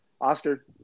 Oscar